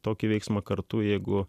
tokį veiksmą kartu jeigu